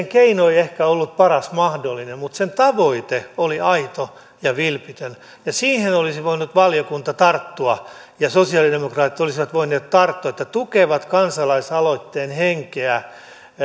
keino ei ehkä ollut paras mahdollinen mutta sen tavoite oli aito ja vilpitön ja siihen olisi voinut valiokunta tarttua ja sosiaalidemokraatit olisivat voineet tarttua että tukevat kansalaisaloitteen henkeä